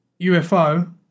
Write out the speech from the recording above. UFO